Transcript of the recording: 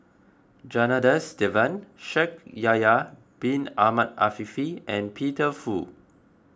Janadas Devan Shaikh Yahya Bin Ahmed Afifi and Peter Fu